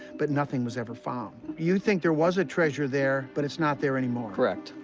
but nothing was ever found. you think there was a treasure there, but it's not there anymore? correct.